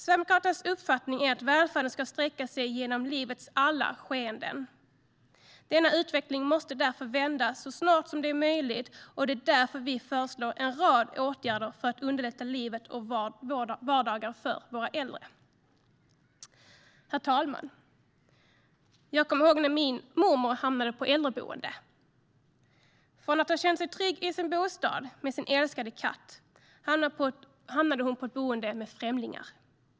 Sverigedemokraternas uppfattning är att välfärden ska sträcka sig genom livets alla skeenden. Denna utveckling måste därför vändas så snart som det är möjligt. Det är därför vi föreslår en rad åtgärder för att underlätta livet och vardagen för våra äldre. Herr talman! Jag kommer ihåg när min mormor hamnade på äldreboende. Från tryggheten i sin bostad med sin älskade katt hamnade hon på ett boende med främlingar.